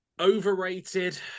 Overrated